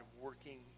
working